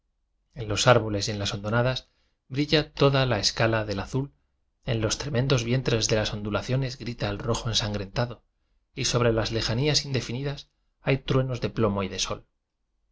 en los árboles y en las hondonadas brilla toda la escala del biblioteca nacional de españa azul en los tremendos vientres de las on dulaciones grita el rojo ensangrentado y sobre las lejanías indefinidas hay truenos de plomo y de sol